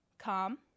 calm